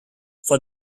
for